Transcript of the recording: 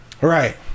Right